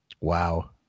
Wow